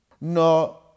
No